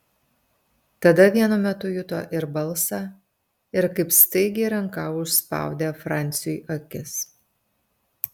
tada vienu metu juto ir balsą ir kaip staigiai ranka užspaudė franciui akis